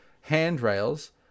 handrails